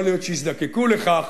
יכול להיות שיזדקקו לכך,